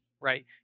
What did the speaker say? right